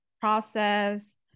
process